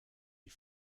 die